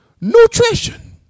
nutrition